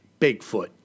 Bigfoot